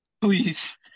Please